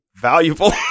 valuable